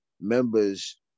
members